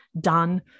done